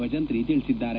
ಭಜಂತ್ರಿ ತಿಳಿಸಿದ್ದಾರೆ